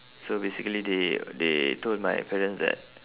so basically they they told my parents that